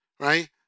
right